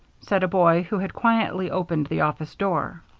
said a boy, who had quietly opened the office door.